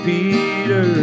Peter